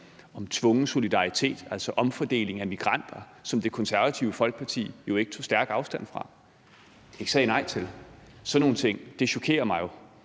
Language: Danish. om tvungen solidaritet, altså omfordeling af migranter, som Det Konservative Folkeparti ikke tog stærk afstand fra og ikke sagde nej til. Sådan nogle ting chokerer mig jo